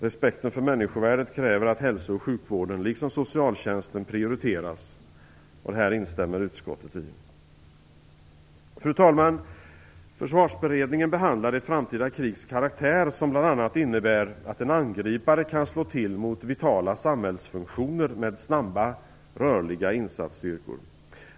Respekten för människovärdet kräver att hälso och sjukvården liksom socialtjänsten prioriteras. Det här instämmer utskottet i. Fru talman! Försvarsberedningen behandlade ett framtida krigs karaktär som bl.a. innebär att en angripare kan slå till mot vitala samhällsfunktioner med snabba, rörliga insatsstyrkor.